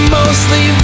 mostly